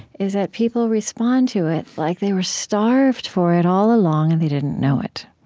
is that people respond to it like they were starved for it all along, and they didn't know it.